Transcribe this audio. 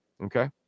Okay